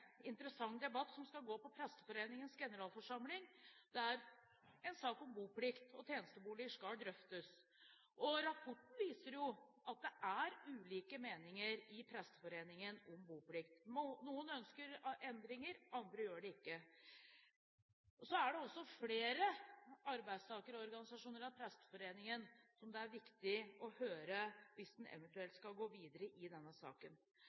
sak om boplikt og tjenestebolig skal drøftes. Rapporten viser jo at det er ulike meninger om boplikt i Presteforeningen; noen ønsker endringer, andre gjør det ikke. Så er det også flere arbeidstakerorganisasjoner enn Presteforeningen som det er viktig å høre hvis en eventuelt skal gå videre med denne saken.